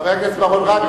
חבר הכנסת בר-און,